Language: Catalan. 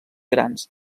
grans